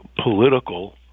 political